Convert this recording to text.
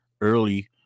early